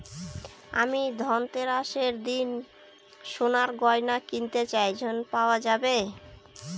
আমি ধনতেরাসের দিন সোনার গয়না কিনতে চাই ঝণ পাওয়া যাবে?